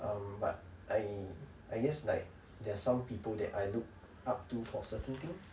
um but I I guess like there're some people that I look up to for certain things